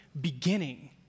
beginning